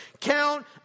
Count